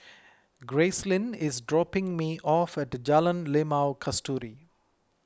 Gracelyn is dropping me off at Jalan Limau Kasturi